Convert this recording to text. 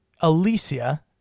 Alicia